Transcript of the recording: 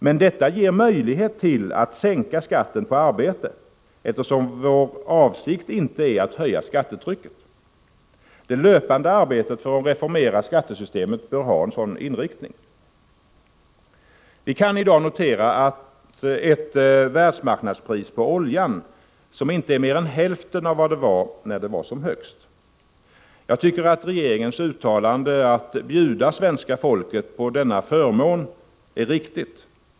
Men detta ger möjlighet till att sänka skatten på arbete, eftersom vår avsikt inte är att höja skattetrycket. Det löpande arbetet för att reformera skattesystemet bör ha en sådan inriktning. Vi kan i dag notera ett världsmarknadspris på oljan som inte är mer än hälften av vad det var när det var som högst. Jag tycker att regeringens uttalande om att bjuda svenska folket på denna förmån är riktigt.